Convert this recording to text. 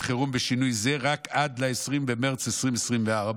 חירום בשינוי זה רק עד ל-20 במרץ 2024,